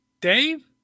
dave